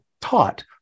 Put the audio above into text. taught